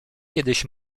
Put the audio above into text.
kiedyś